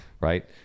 right